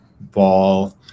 ball